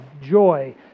joy